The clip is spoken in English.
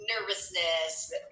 nervousness